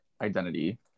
identity